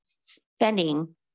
spending